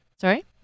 Sorry